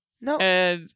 No